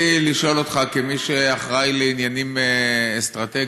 רציתי לשאול אותך, כמי שאחראי לעניינים אסטרטגיים: